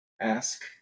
ask